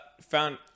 found